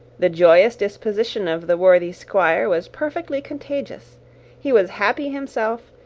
the joyous disposition of the worthy squire was perfectly contagious he was happy himself,